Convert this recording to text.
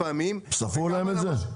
ספרו להם את זה?